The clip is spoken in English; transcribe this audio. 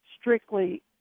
strictly